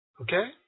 Okay